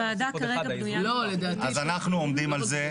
אז אנחנו עומדים על זה,